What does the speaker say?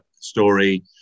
story